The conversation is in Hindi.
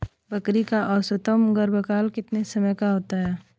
बकरी का औसतन गर्भकाल कितने समय का होता है?